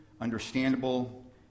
understandable